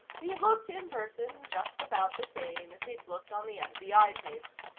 he looked, in person, just about the same as he'd looked on the fbi tapes.